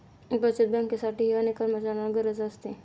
बचत बँकेसाठीही अनेक कर्मचाऱ्यांची गरज असते